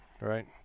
Right